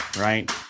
right